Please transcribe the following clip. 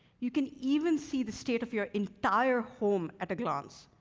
you can even see the state of your entire home at a glance.